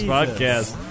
Podcast